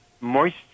moist